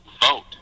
vote